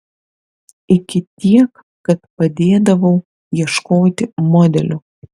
iki tiek kad padėdavau ieškoti modelių